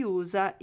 usa